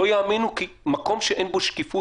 לא יאמינו כי מקום שאין בו שקיפות,